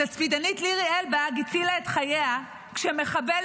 התצפיתנית לירי אלבג הצילה את חייה כשמחבל